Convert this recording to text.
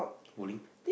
bowling